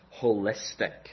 holistic